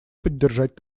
поддержать